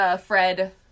Fred